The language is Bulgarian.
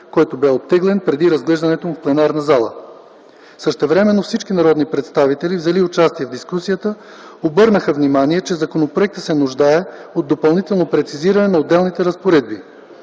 който бе оттеглен преди разглеждането му в пленарната зала. Същевременно всички народни представители, взели участие в дискусията, обърнаха внимание, че законопроектът се нуждае от допълнително прецизиране на отделните разпоредби.